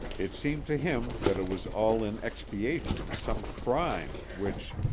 it seemed to him that it was all in expiation of some crime which,